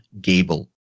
Gable